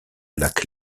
lac